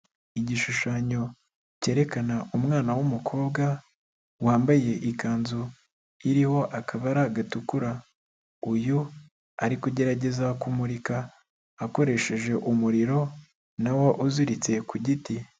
Igishushanyo cyerekana umwana w'umukobwa wambaye ikanzu iriho akabara gatukura, uyu ari kugerageza kumurika akoresheje umuriro na wo uziritse ku giti.